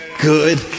good